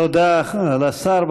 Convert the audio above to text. תודה לשר.